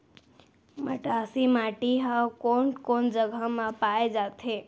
मटासी माटी हा कोन कोन जगह मा पाये जाथे?